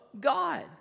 God